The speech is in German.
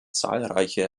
zahlreiche